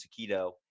taquito